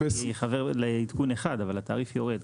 אני הייתי חבר לעדכון אחד, אבל התעריף יורד.